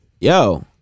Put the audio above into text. yo